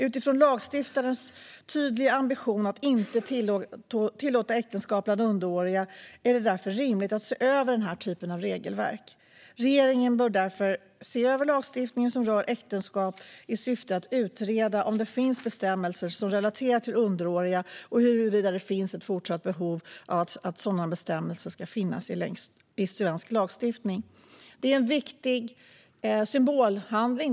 Utifrån lagstiftarens tydliga ambition att inte tillåta äktenskap bland underåriga är det därför rimligt att se över den typen av regelverk. Regeringen bör se över lagstiftningen som rör äktenskap i syfte att utreda om det finns bestämmelser som relaterar till underåriga och huruvida det finns ett fortsatt behov av sådana bestämmelser i svensk lagstiftning. Det är en viktig symbolhandling.